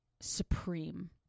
supreme